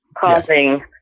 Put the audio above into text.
causing